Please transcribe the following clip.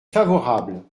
favorable